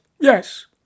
Yes